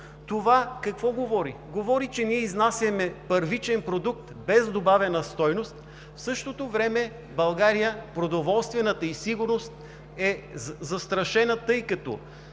това какво говори? Говори, че ние изнасяме първичен продукт без добавена стойност, в същото време продоволствената сигурност на България е застрашена, тъй като